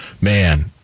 man